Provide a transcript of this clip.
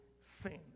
sin